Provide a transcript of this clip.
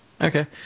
Okay